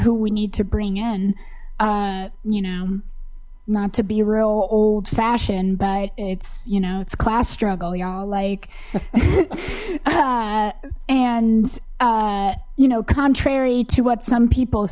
who we need to bring in you know not to be real old fashioned but it's you know it's class struggle y'all like and you know contrary to what some people